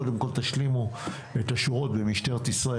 קודם כול תשלימו את השורות במשטרת ישראל,